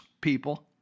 people